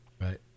right